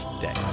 day